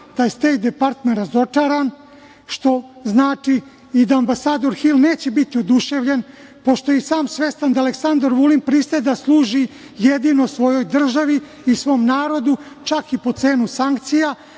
taj Stejt department je razočaran, što znači i da ambasador Hil neće biti oduševljen, pošto je i sam svestan da Aleksandar Vulin pristaje da služi jedino svojoj državi i svom narodu, čak i po cenu sankcija,